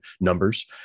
numbers